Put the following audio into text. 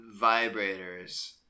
Vibrators